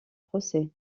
procès